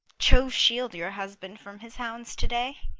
jove shield your husband from his hounds to-day!